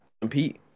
compete